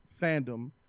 fandom